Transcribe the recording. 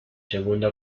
segunda